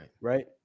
Right